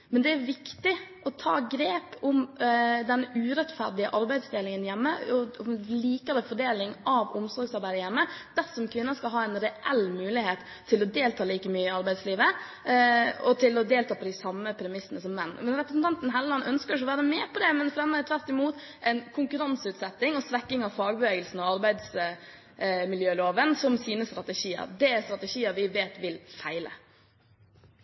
Men det er viktig å ta grep om den urettferdige arbeidsdelingen hjemme, en mer lik fordeling av omsorgsarbeidet i hjemmet, dersom kvinner skal ha en reell mulighet til å delta like mye i arbeidslivet og til å delta på de samme premissene som menn. Representanten Hofstad Helleland ønsker ikke å være med på det, men fremmer tvert imot konkurranseutsetting og svekking av fagbevegelsen og arbeidsmiljøloven som sine strategier. Det er strategier vi vet vil feile.